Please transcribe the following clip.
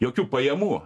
jokių pajamų